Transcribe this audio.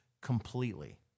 completely